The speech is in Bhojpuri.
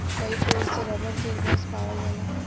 कई पेड़ से रबर के रस पावल जाला